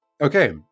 Okay